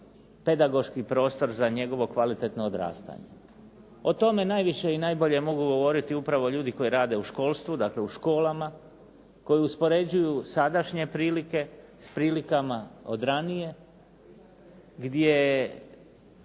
pedagoški prostor za njegovo kvalitetno odrastanje. O tome najviše i najbolje mogu govoriti upravo ljudi koji rade u školstvu, dakle u školama, koji uspoređuju sadašnje prilike s prilikama od ranije gdje